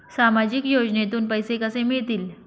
सामाजिक योजनेतून पैसे कसे मिळतील?